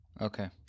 Okay